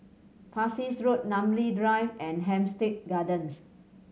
Parsi Road Namly Drive and Hampstead Gardens